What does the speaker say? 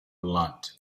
lunt